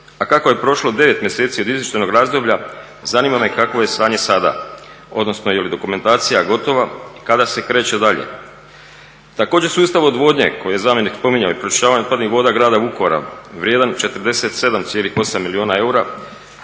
a kako je prošlo 9 mjeseci od izvještajnog razdoblja zanima me kakvo je stanje sada, odnosno je li dokumentacija gotova i kada se kreće dalje. Također sustav odvodnje koji je zamjenik spominjao, i pročišćavanje otpadnih voda Grada Vukovara vrijedan 47,8 milijuna eura